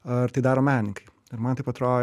ar tai daro menininkai ir man taip atrodo